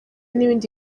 n’ibindi